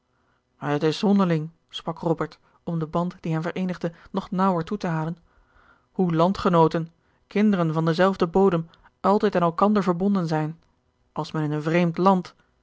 het is zonderling sprak robert om den band die hen vereenigde nog naauwer toe te halen hoe landgenooten kinderen van denzelfden bodem altijd aan elkander verbonden zijn als men in een vreemd land